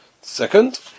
Second